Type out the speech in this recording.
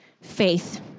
faith